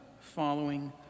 following